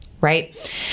Right